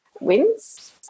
wins